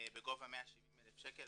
בגובה 170,000 שקל